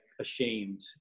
ashamed